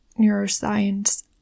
neuroscience